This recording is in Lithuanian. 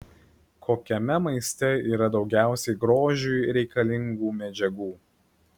kokiame maiste yra daugiausiai grožiui reikalingų medžiagų